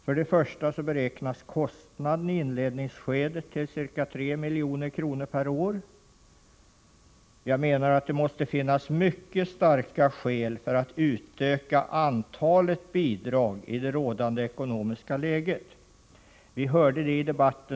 Först och främst beräknas kostnaden i inledningsskedet till ca 3 milj.kr. per år. Jag menar att det måste finnas mycket starka skäl för att utöka antalet bidrag i det rådande ekonomiska läget. Enbart kostnaden är alltså ett skäl för avslag.